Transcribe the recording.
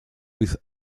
with